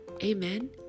amen